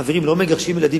חברים, לא מגרשים ילדים.